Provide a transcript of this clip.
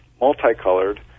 multicolored